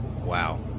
Wow